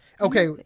Okay